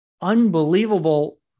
unbelievable